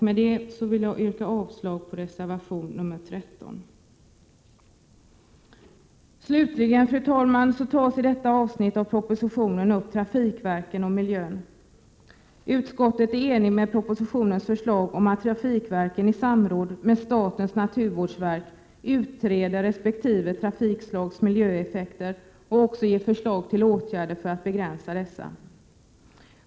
Med detta yrkar jag avslag på reservation 13. I detta avsnitt av propositionen behandlas också frågan om trafikverken och miljön. Utskottet instämmer i förslaget i propositionen om att trafikverken i samråd med statens naturvårdsverk skall utreda resp. trafikslags miljöeffekter och föreslå åtgärder för att begränsa dessa.